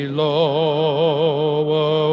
lower